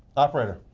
operator.